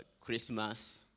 Christmas